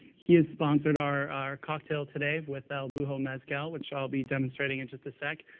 he has sponsored our cocktail today with el buho mezcal, which i'll be demonstrating in just a sec.